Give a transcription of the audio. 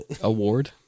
award